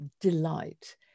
delight